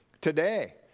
Today